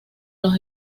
los